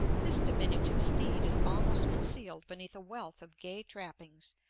this diminutive steed is almost concealed beneath a wealth of gay trappings,